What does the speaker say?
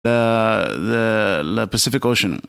אה... ל...ל - pacific ocean